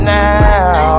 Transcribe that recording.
now